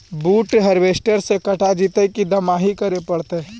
बुट हारबेसटर से कटा जितै कि दमाहि करे पडतै?